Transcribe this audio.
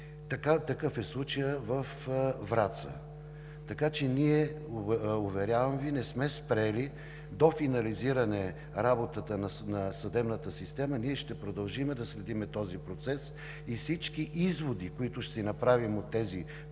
Такъв е случаят във Враца. Уверявам Ви, ние не сме спрели. До финализиране работата на съдебната система, ще продължим да следим този процес и всички изводи, които ще си направим от тези